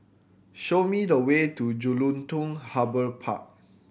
show me the way to Jelutung Harbour Park